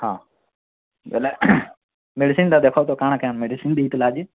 ହଁ ବେଲେ ମେଡ଼ିସିନଟା ଦେଖ କା'ଣା କେମତା ମେଡ଼ିସିନ୍ ଦେଇଥିଲ ଆଜି